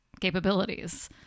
capabilities